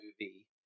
movie